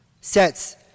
sets